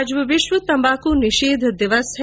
आज विश्व तम्बाकू निषेध दिवस है